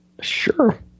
Sure